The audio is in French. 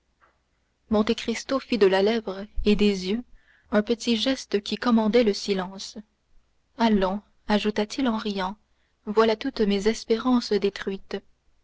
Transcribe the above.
grecque monte cristo fit de la lèvre et des yeux un petit geste qui commandait le silence allons ajouta-t-il en riant voilà toutes mes espérances détruites